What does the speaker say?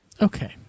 Okay